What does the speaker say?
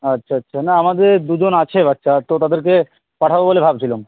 আচ্ছা আচ্ছা না আমাদের দুজন আছে বাচ্চা তো তাদেরকে পাঠাব বলে ভাবছিলাম